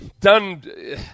done –